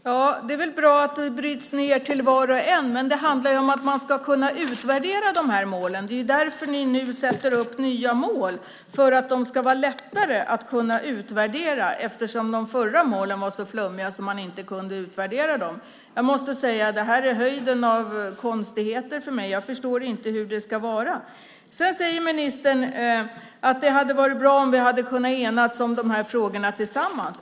Herr talman! Det är väl bra att bryta ned till var och en. Men det handlar om att kunna utvärdera de här målen. Ni sätter nu upp nya mål för att det ska vara lättare att utvärdera målen eftersom de tidigare målen var ju så flummiga att man inte kunde utvärdera dem. Jag måste säga att det här för mig är höjden av konstigheter. Jag förstår inte hur det ska vara. Ministern säger att det hade varit bra om vi hade kunnat enas i de här frågorna.